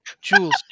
Jules